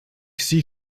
zie